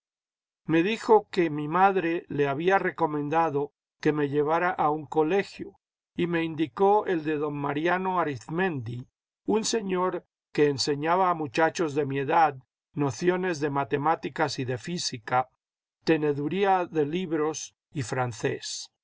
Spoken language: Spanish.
me dijo que mi madre le había recomendado que me llevara a un colegio y me indicó el de don mariano arizmendi un señor que enseñaba a muchachos de mi edad nociones de matemáticas y de física teneduría de libros y francés